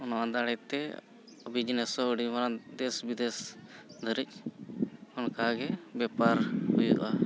ᱚᱱᱟ ᱫᱟᱲᱮᱛᱮ ᱵᱤᱡᱽᱱᱮᱥ ᱦᱚᱸ ᱟᱹᱰᱤ ᱢᱟᱨᱟᱝ ᱫᱮᱥ ᱵᱤᱫᱮᱥ ᱫᱷᱟᱹᱨᱤᱡ ᱚᱱᱠᱟ ᱜᱮ ᱵᱮᱯᱟᱨ ᱦᱩᱭᱩᱜᱼᱟ